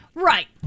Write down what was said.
right